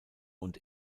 und